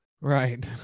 Right